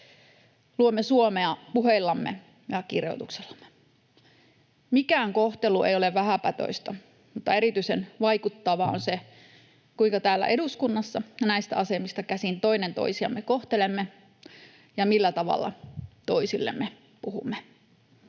Luomme Suomea puheillamme ja kirjoituksillamme. Mikään kohtelu ei ole vähäpätöistä, mutta erityisen vaikuttavaa on se, kuinka täällä eduskunnassa näistä asemista käsin toinen toisiamme kohtelemme ja millä tavalla toisillemme puhumme.